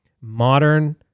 modern